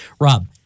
Rob